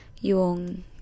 yung